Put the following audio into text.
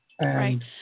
Right